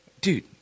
dude –